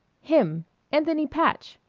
him anthony patch!